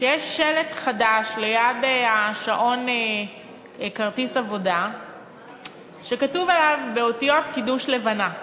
שיש שלט חדש ליד שעון כרטיסי העבודה שכתוב עליו באותיות קידוש לבנה: